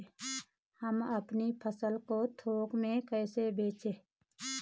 हम अपनी फसल को थोक में कैसे बेचें?